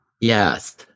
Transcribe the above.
Yes